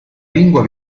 lingua